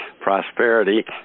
prosperity